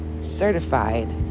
certified